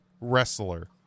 wrestler